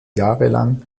jahrelang